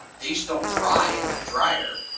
they just don't dry in that dryer.